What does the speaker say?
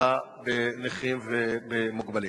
לתמיכה בנכים ומוגבלים.